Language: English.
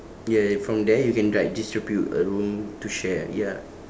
ya and from there you can like distribute a room to share ya